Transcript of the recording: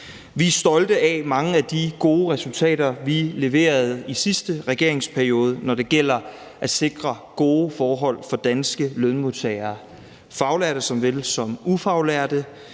Vi er stolte af mange af de gode resultater, vi leverede i sidste regeringsperiode, når det gælder at sikre gode forhold for danske lønmodtagere, faglærte såvel som ufaglærte,